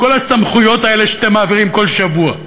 כל הסמכויות האלה שאתם מעבירים כל שבוע.